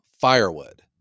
firewood